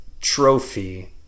trophy